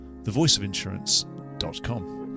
thevoiceofinsurance.com